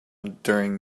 during